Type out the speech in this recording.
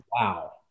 wow